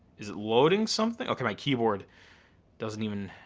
is it loading something? okay, my keyboard doesn't even,